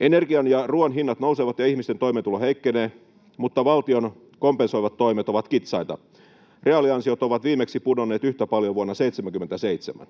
Energian ja ruoan hinnat nousevat, ja ihmisten toimeentulo heikkenee, mutta valtion kompensoivat toimet ovat kitsaita. Reaaliansiot ovat viimeksi pudonneet yhtä paljon vuonna 77.